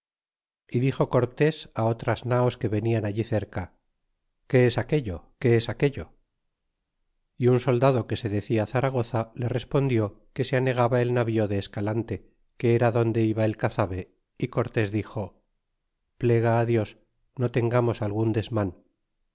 y dixo cortés otras naos que venían allí cerca qué es aquello qué es aquello y un soldado que se decia zaragoza le respondió que se anegaba el navío de escalante que era adonde iba el cazabe y cortés dixo plega dios no tengamos algun desman